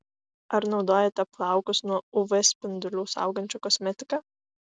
ar naudojate plaukus nuo uv spindulių saugančią kosmetiką